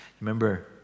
Remember